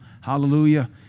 hallelujah